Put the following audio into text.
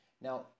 now